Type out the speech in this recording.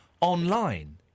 online